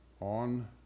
on